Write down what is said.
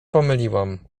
pomyliłam